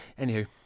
anywho